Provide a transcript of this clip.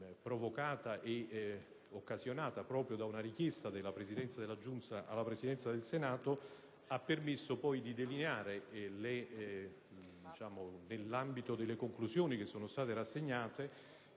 tra l'altro occasionata proprio da una richiesta della Presidenza della Giunta alla Presidenza del Senato, ha permesso poi di delineare, nell'ambito delle conclusioni che sono state rassegnate,